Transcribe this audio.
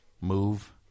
move